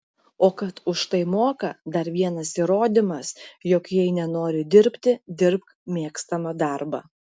o kad už tai moka dar vienas įrodymas jog jei nenori dirbti dirbk mėgstamą darbą